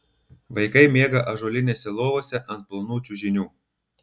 vaikai miega ąžuolinėse lovose ant plonų čiužinių